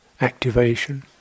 activation